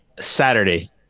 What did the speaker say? saturday